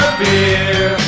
beer